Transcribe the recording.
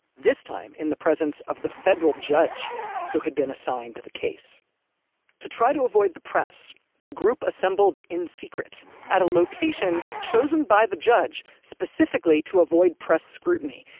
this time, in the presence of the federal judge who had been assigned to the case to try to avoid the press, the group assembled in secret at a location chosen by the judge specifically to avoid press scrutiny.